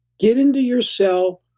get into your cell,